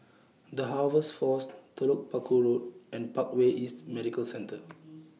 The Harvest Force Telok Paku Road and Parkway East Medical Centre